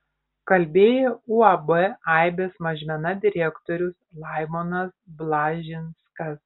kalbėjo uab aibės mažmena direktorius laimonas blažinskas